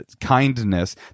kindness